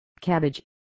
cabbage